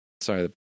Sorry